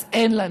אז אין לנו.